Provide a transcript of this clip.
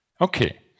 Okay